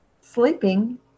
Sleeping